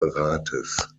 rates